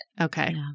Okay